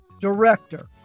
director